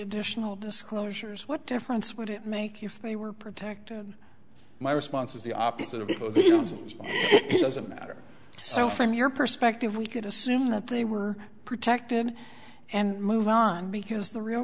additional disclosures what difference would it make if they were protected my response is the opposite of it would be doesn't matter so from your perspective we could assume that they were protected and move on because the real